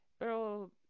Pero